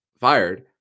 fired